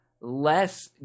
less